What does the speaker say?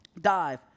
dive